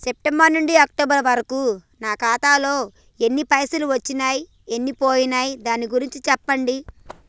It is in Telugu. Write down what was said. సెప్టెంబర్ నుంచి అక్టోబర్ వరకు నా ఖాతాలో ఎన్ని పైసలు వచ్చినయ్ ఎన్ని పోయినయ్ దాని గురించి చెప్పండి?